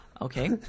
Okay